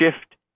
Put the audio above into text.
shift